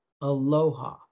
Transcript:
Aloha